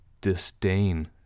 disdain